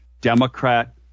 Democrat